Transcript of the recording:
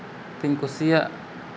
ᱛᱤᱧ ᱠᱩᱥᱤᱭᱟᱜ